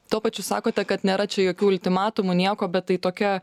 tuo pačiu sakote kad nėra čia jokių ultimatumų nieko bet tai tokia